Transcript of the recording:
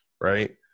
right